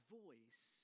voice